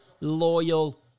loyal